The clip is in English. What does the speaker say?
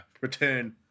return